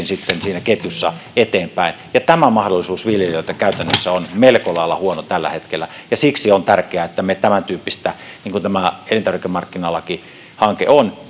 sitten siinä ketjussa eteenpäin tämä mahdollisuus viljelijöillä käytännössä on melko lailla huono tällä hetkellä ja siksi on tärkeää että me tämäntyyppisiä toimenpiteitä niin kuin tämä elintarvikemarkkinalakihanke on